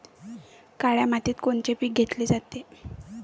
काळ्या मातीत कोनचे पिकं घेतले जाते?